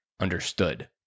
understood